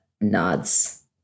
nods